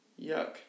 Yuck